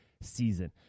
season